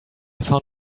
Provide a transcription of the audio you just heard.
found